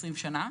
20 שנה,